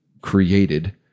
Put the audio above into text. created